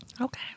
Okay